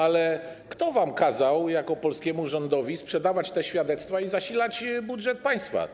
Ale kto kazał wam jako polskiemu rządowi sprzedawać te świadectwa i zasilać budżet państwa?